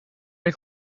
ich